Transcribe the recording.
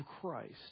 Christ